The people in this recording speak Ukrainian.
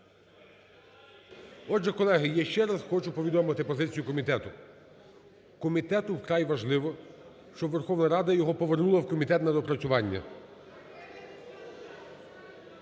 Отже, колеги, я ще раз хочу повідомити позицію комітету. Комітету вкрай важливо, щоб Верховна Рада його повернула в комітет на доопрацювання.